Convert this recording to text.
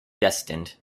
destined